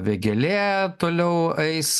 vėgėlė toliau eis